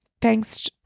thanks